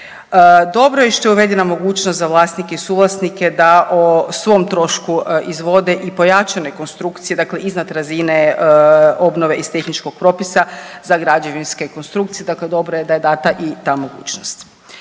Dobro je i što je uvedena mogućnost za vlasnike i suvlasnike da o svom trošku izvode i pojačane konstrukcije, dakle iznad razine obnove iz tehničkog propisa za građevinske konstrukcije, dakle dobro je data i ta mogućnost.